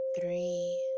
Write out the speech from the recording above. three